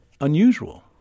unusual